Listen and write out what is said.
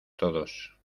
todos